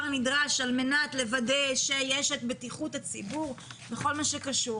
הנדרש על מנת לוודא שיש את בטיחות הציבור בכל מה שקשור,